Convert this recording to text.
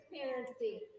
transparency